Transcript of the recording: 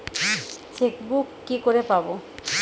Chequebook কি করে পাবো?